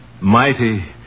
Mighty